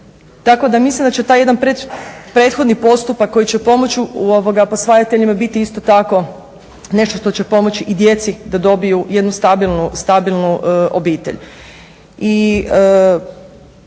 Tako da mislim da će taj jedan prethodni postupak koji će pomoći posvajateljima i biti isto tako nešto što će pomoći i djeci da dobiju jednu stabilnu obitelj.